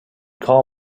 call